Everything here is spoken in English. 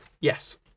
Yes